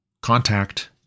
contact